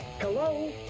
Hello